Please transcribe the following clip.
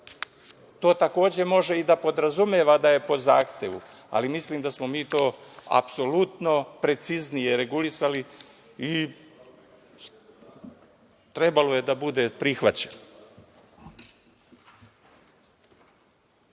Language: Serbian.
to takođe može i da podrazumeva da je po zahtevu, ali mislim da smo mi to apsolutno preciznije regulisali i trebalo je da bude prihvaćeno.